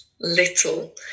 little